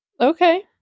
Okay